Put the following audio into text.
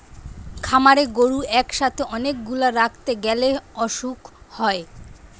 খামারে গরু একসাথে অনেক গুলা রাখতে গ্যালে অসুখ হয়